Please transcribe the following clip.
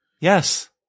Yes